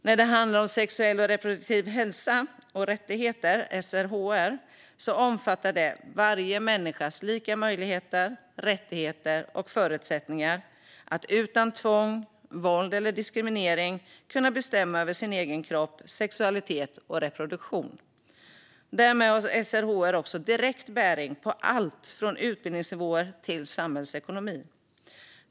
När det handlar om sexuell och reproduktiv hälsa och rättigheter, SRHR, omfattar det varje människas lika möjligheter, rättigheter och förutsättningar att utan tvång, våld eller diskriminering bestämma över sin egen kropp, sexualitet och reproduktion. Därmed har SRHR också direkt bäring på allt från utbildningsnivåer till samhällsekonomi.